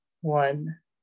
one